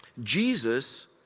Jesus